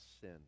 sin